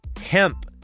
Hemp